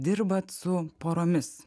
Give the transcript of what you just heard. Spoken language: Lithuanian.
dirbat su poromis